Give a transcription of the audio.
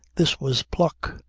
this was pluck.